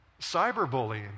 cyberbullying